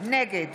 נגד